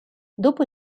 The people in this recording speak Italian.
dopo